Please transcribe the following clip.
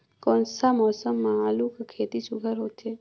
कोन सा मौसम म आलू कर खेती सुघ्घर होथे?